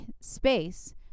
space